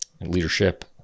leadership